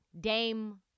Dame